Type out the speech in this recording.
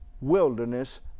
wilderness